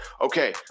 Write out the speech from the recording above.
okay